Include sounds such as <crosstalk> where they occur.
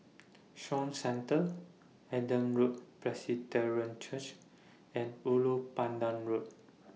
Shaw Centre Adam Road <unintelligible> Church and Ulu Pandan Road